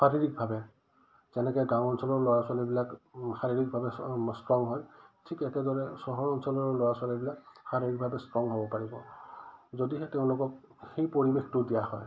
শাৰীৰিকভাৱে যেনেকৈ গাঁও অঞ্চলৰ ল'ৰা ছোৱালীবিলাক শাৰীৰিকভাৱে ষ্ট্ৰং হয় ঠিক একেদৰে চহৰ অঞ্চলৰ ল'ৰা ছোৱালীবিলাক শাৰীৰিকভাৱে ষ্ট্ৰং হ'ব পাৰিব যদিহে তেওঁলোকক সেই পৰিৱেশটো দিয়া হয়